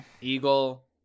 Eagle